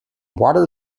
water